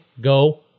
go